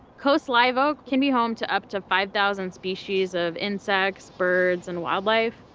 coast live oak can be home to up to five thousand species of insects, birds, and wildlife.